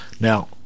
Now